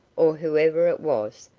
or whoever it was,